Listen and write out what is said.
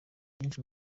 vyinshi